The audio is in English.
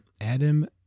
Adam